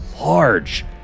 large